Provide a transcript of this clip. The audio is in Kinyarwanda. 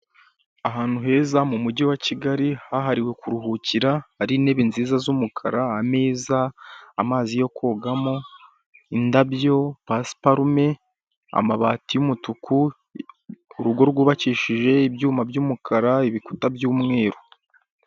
Ahantu heza mu mujyi wa Kigali hahariwe kuruhukira, hari intebe nziza z'umukara n'amazi meza yo kogamo, indabyo, pasiparume, amabati y'umutuku. Urugo rwubakishije ibyuma by'umukara, urukuta rw'umweru.